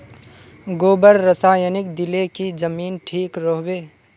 गोबर रासायनिक दिले की जमीन ठिक रोहबे?